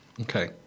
Okay